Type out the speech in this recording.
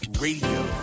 Radio